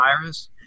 virus